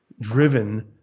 driven